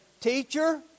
Teacher